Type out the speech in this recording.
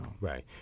right